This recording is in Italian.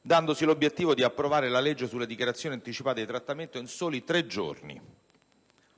dandosi l'obiettivo di approvare la legge sulle dichiarazioni anticipate di trattamento in soli tre giorni.